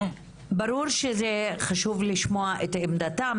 ברור שזה חשוב לשמוע את עמדתם,